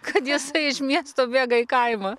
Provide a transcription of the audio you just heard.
kad jisai iš miesto bėga į kaimą